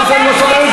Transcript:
האוזן לא סובלת.